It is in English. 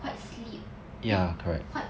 quite sleep eh quite